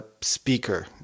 speaker